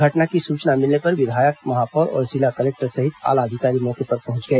घटना की सूचना मिलने पर विधायक महापौर और जिला कलेक्टर सहित आला अधिकारी मौके पर पहुंच गए